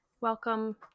welcome